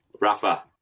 Rafa